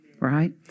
Right